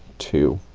two